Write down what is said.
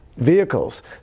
vehicles